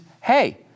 hey